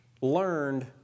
learned